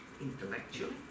intellectually